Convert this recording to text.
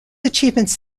achievements